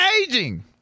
aging